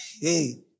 Hey